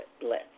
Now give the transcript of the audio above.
bless